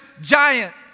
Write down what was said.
giant